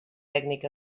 tècnic